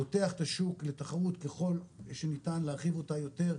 פותח את השוק לתחרות ככל שניתן להרחיב אותה יותר,